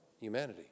humanity